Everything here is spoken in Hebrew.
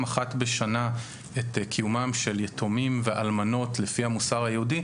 אחת בשנה את קיומם של יתומים ואלמנות לפי המוסר היהודי,